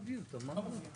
שלכם בעניין הזה של הסבסוד.